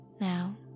Now